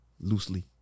loosely